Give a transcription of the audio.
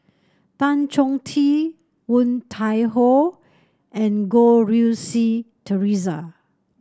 Tan Chong Tee Woon Tai Ho and Goh Rui Si Theresa